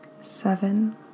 seven